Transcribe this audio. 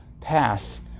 pass